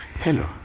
Hello